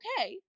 okay